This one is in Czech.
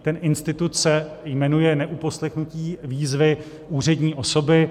Ten institut se jmenuje neuposlechnutí výzvy úřední osoby.